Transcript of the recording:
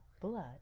Blood